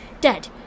Dead